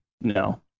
No